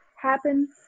happen